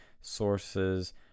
Sources